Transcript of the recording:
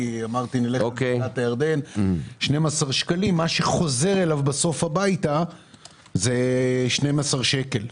מה שחוזר אליו בסוף הביתה זה 12 שקלים.